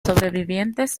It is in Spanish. sobrevivientes